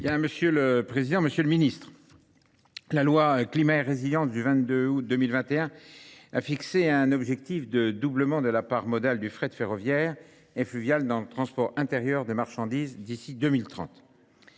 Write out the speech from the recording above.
Monsieur le Président, Monsieur le Ministre, la loi climat et résilience du 22 août 2021 a fixé un objectif de doublement de la part modale du frais de ferroviaire et fluvial dans le transport intérieur des marchandises d'ici 2030.